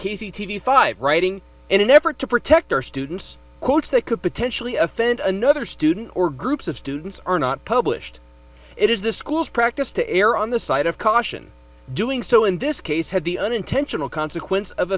v five writing in an effort to protect our students courts that could potentially offend another student or groups of students are not published it is the school's practice to err on the side of caution doing so in this case had the unintentional consequence of